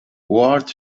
ward